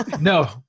No